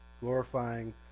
glorifying